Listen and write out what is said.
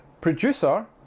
Producer